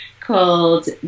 called